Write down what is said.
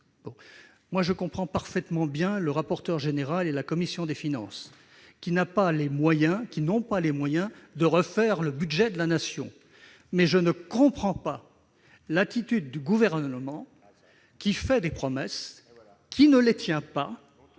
Je comprends parfaitement le rapporteur général et la commission des finances, qui n'ont pas les moyens de refaire le budget de la Nation. Mais je ne comprends pas l'attitude du Gouvernement, qui fait des promesses et ne les tient pas